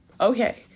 okay